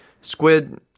squid